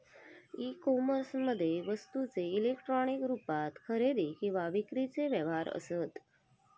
E कोमर्समध्ये वस्तूंचे electronic रुपात खरेदी किंवा विक्रीचे व्यवहार असत